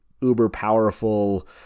uber-powerful